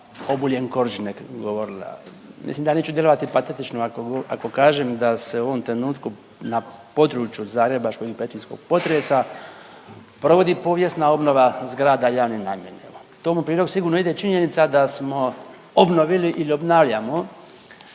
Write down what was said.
Obuljen-Koržinek govorila. Mislim da neću djelovati patetično ako kažem da se u ovom trenutku na području zagrebačkog i petrinjskog potresa provodi povijesna obnova zgrada javne namjene. Tomu u prilog sigurno ide činjenica da smo obnovili ili obnavljamo